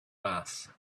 mass